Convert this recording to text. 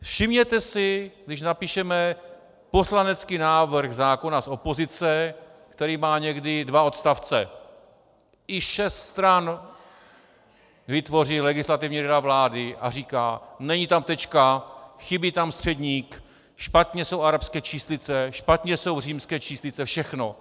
Všimněte si, když napíšeme poslanecký návrh zákona z opozice, který má někdy dva odstavce, i šest stran vytvoří Legislativní rada vlády a říká: Není tam tečka, chybí tam středník, špatně jsou arabské číslice, špatně jsou římské číslice, všechno.